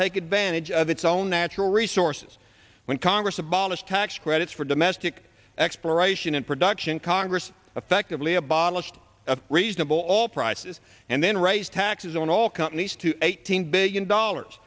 take advantage of its own natural resources when congress abolished tax credits for domestic exploration and production congress effectively abolished reasonable all prices and then raise taxes on all companies to eighteen billion dollars